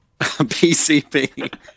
PCP